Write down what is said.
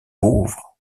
pauvres